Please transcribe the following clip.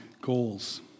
goals